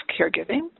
caregiving